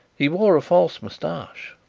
he wore a false moustache.